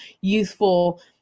youthful